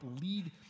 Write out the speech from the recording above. lead